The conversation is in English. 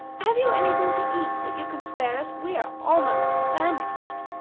have you any thing to eat that you can spare us? we are almost famished.